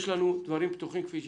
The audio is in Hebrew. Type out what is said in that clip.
יש לנו דברים פתוחים, כפי שהתחייבנו,